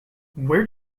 where